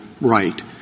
right